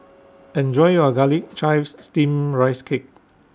Enjoy your Garlic Chives Steamed Rice Cake